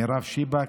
מרב שיבק.